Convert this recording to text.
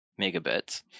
megabits